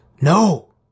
no